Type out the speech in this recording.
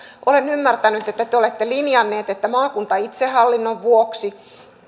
olen ymmärtänyt että te te olette linjanneet että maakuntaitsehallinnon vuoksi